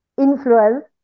influence